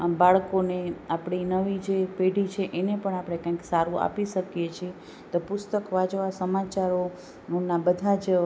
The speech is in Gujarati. આમ બાળકોને આપણી જે નવી પેઢી છે એને પણ આપણે કાંઈ સારું આપી શકીએ છે તો પુસ્તક વાંચવા સમાચારોના બધા જ